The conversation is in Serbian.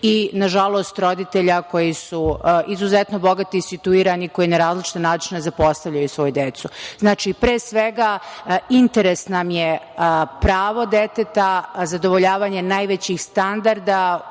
i nažalost, roditelja koji su izuzetno bogati i situirani koji na različite načine zapostavljaju svoju decu. Pre svega, interes nam je pravo deteta, zadovoljavanje najvećih standarda